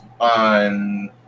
on